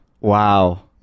Wow